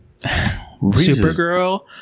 Supergirl